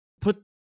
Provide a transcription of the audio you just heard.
put